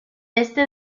este